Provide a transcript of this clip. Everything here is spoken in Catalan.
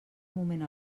moment